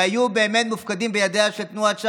שהיו באמת מופקדים בידיה של תנועת ש"ס,